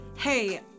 Hey